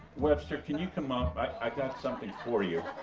webster can you come up? i i got something for you.